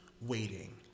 waiting